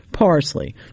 parsley